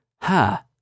ha